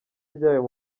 ryayo